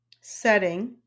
setting